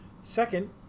Second